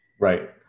Right